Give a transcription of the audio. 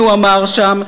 הוא אמר שם,